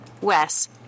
Wes